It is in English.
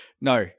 No